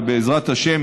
ובעזרת השם,